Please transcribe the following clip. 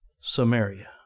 Samaria